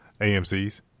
AMC's